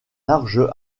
large